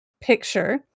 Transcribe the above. picture